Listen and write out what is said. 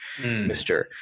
Mr